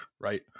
right